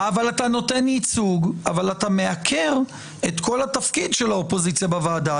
אתה נותן ייצוג אבל אתה מעקר את כל התפקיד של האופוזיציה בוועדה.